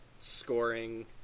scoring